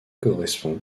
correspond